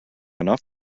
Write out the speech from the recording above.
enough